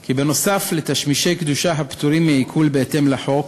כי נוסף על תשמישי קדושה הפטורים מעיקול בהתאם לחוק,